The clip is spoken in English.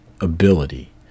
ability